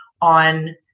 on